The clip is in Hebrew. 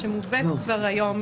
שמובאת כבר היום